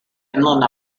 inland